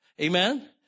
Amen